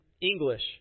English